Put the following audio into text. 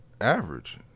average